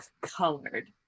colored